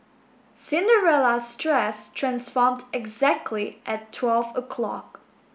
Cinderella's dress transformed exactly at twelve a clock